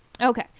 okay